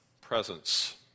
presence